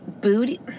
Booty